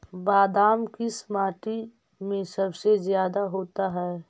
बादाम किस माटी में सबसे ज्यादा होता है?